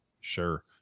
Sure